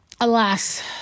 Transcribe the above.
alas